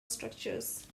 structures